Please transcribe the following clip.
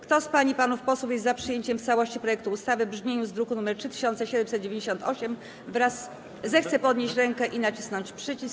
Kto z pań i panów posłów jest za przyjęciem w całości projektu ustawy w brzmieniu z druku nr 3798, zechce podnieść rękę i nacisnąć przycisk.